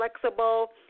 flexible